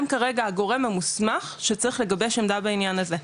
הם כרגע הגורם המוסמך שצריך לגבש עמדה בעניין הזה.